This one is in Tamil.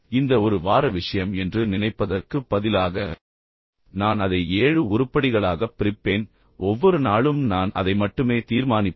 இந்த ஒரு வார விஷயம் என்று நினைப்பதற்குப் பதிலாக நான் அதை ஏழு உருப்படிகளாகப் பிரிப்பேன் ஒவ்வொரு நாளும் நான் அதை மட்டுமே தீர்மானிப்பேன்